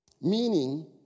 Meaning